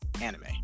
anime